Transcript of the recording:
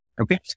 Okay